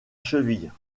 cheville